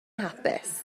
hapus